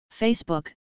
Facebook